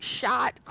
shot